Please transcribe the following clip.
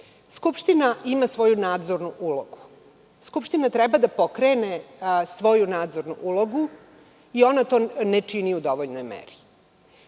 Skupštini. Skupština ima svoju nadzornu ulogu. Skupština treba da pokrene svoju nadzornu ulogu i ona to ne čini u dovoljnoj meri.